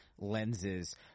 lenses